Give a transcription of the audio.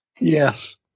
Yes